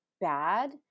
bad